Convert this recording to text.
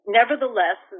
nevertheless